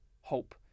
hope